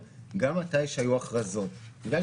שבה לא עומדת בתוקף הכרזה על הגבלה מלאה או הכרזה על הגבלה